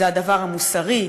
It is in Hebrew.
זה הדבר המוסרי,